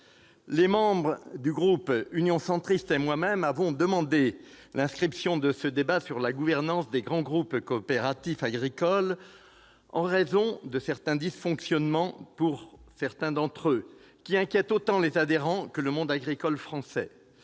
les membres du groupe Union Centriste et moi-même avons demandé l'inscription de ce débat sur la gouvernance des grands groupes coopératifs agricoles en raison des dysfonctionnements que connaissent certains d'entre de ces derniers et qui inquiètent autant les adhérents que le monde agricole français.